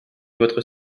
votre